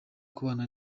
kubana